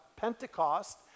Pentecost